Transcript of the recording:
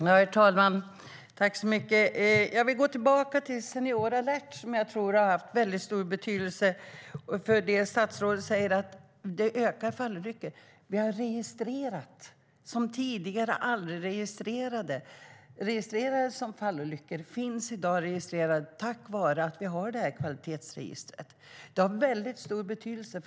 Herr talman! Jag vill gå tillbaka till Senior alert, som jag tror har haft väldigt stor betydelse. Statsrådet säger att antalet fallolyckor ökar. Vi har registrerat olyckor som tidigare aldrig registrerades som fallolyckor. De finns i dag registrerade tack vare att vi har detta kvalitetsregister. Det har väldigt stor betydelse.